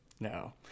No